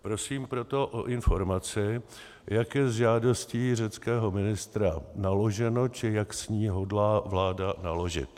Prosím proto o informaci, jak je s žádostí řeckého ministra naloženo, či jak s ní hodlá vláda naložit.